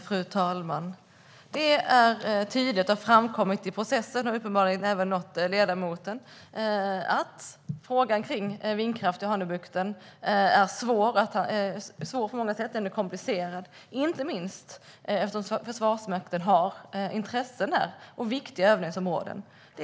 Fru talman! Det har framkommit i processen och uppenbarligen även nått ledamoten att frågan om vindkraft i Hanöbukten är svår och komplicerad på många sätt, inte minst eftersom Försvarsmakten har intressen och viktiga övningsområden där.